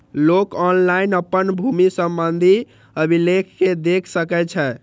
लोक ऑनलाइन अपन भूमि संबंधी अभिलेख कें देख सकै छै